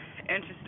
interesting